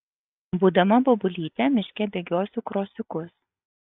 būdama bobulyte miške bėgiosiu krosiukus